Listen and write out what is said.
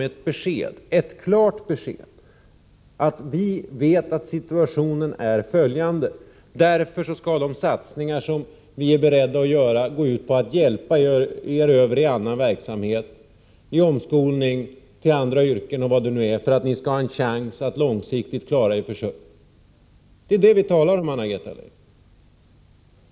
Regeringen borde säga att man vet att situationen är denna och att de satsningar som regeringen är beredd att göra därför skall gå ut på att hjälpa dem över i annan verksamhet, till omskolning eller till andra yrken, för att de skall ha en chans att klara sin försörjning långsiktigt.